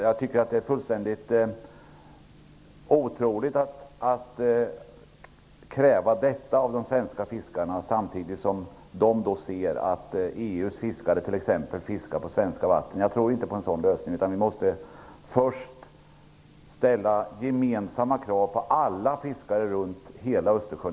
Jag tycker att det är fullständigt otroligt att kräva detta av de svenska fiskarna samtidigt som de ser att t.ex. EU:s fiskare fiskar på svenska vatten. Jag tror inte på en sådan lösning. Först måste vi ställa gemensamma krav på alla fiskare runt hela Östersjön.